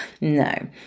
No